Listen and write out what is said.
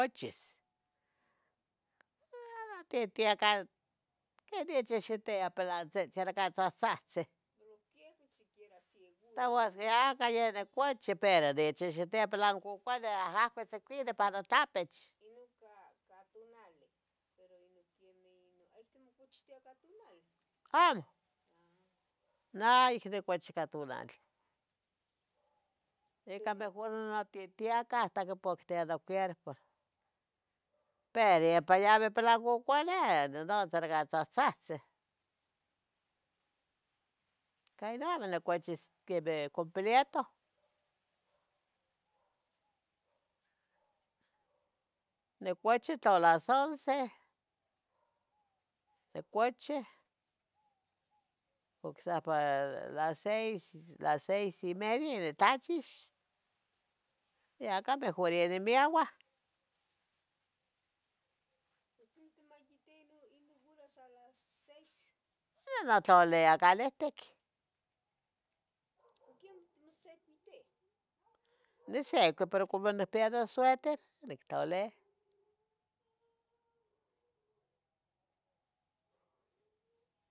Nicochis, eeh matitiaca que nechihxitia in pilantzitzin ca tzatzahtzih, pero que niquiera seguro, peua siahca ya nicochi pero nechihxitiah in pilancoconeh, ahahcotzicuini ipa notlapich, ino ca, ca tunali pero ino quemeh ino, es que, tomochtiya ica tunali? amo, ha, neh ayic nicochi ica tunali, ica mejor matitiaca hasta quipoctia no cuerpo, pero ipa yabe pilancoconeh non tzerga tzatzahtzih, ca ino amo nicochis quemeh completo. Nicochi tla las once, nicochi, ocsapah las seis, las seis y media yonitlachix, yacah mejur ya nimeuah. ¿Ua tlenoh timayitiya ino horas a las seis? iiinotlalia calihtic. ¿Ua que amo tomosicuitia? nisecui pero como nicpia nosueter nitlalia.